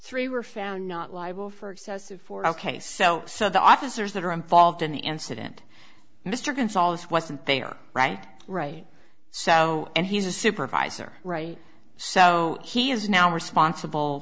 three were found not liable for excessive force ok so so the officers that are involved in the incident mr gonzales wasn't there right right so and he's a supervisor right so he is now responsible